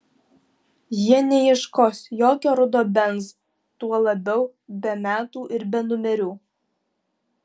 jie neieškos jokio rudo benz tuo labiau be metų ir be numerių